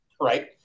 right